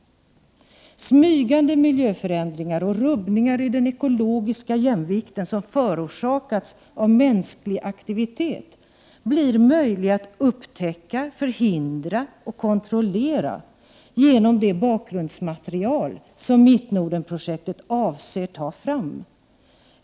Smygande miljöförändringar och rubbningar i den ekologiska jämvikten som förorsakats av mänsklig aktivitet blir möjliga att upptäcka, förhindra och kontrollera genom det bakgrundsmaterial som Mittnordenprojektet är avsett att ta fram.